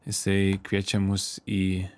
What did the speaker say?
jisai kviečia mus į